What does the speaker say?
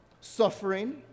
suffering